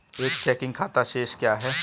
एक चेकिंग खाता शेष क्या है?